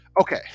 Okay